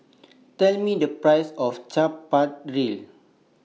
Tell Me The Price of Chaat Papri